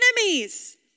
enemies